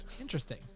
Interesting